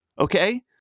Okay